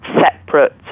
separate